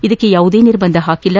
ಇದಕ್ಕೆ ಯಾವುದೇ ನಿರ್ಬಂಧ ಹಾಕಿಲ್ಲ